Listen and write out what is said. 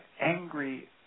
angry